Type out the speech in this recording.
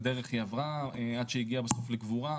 דרך היא עברה עד שהיא הגיעה בסוף לקבורה,